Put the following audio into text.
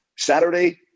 Saturday